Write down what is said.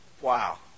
wow